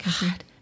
God